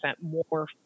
more